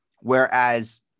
Whereas